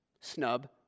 snub